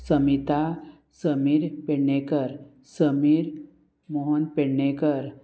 Samita Sameer Pednekar Sameer Mohan Pednekar